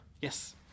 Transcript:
Yes